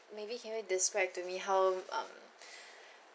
maybe can you describe to me how um